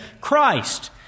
Christ